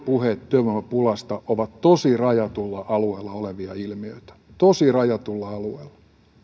puheet työvoimapulasta ovat tosi rajatulla alueella olevia ilmiöitä tosi rajatulla alueella